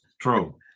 True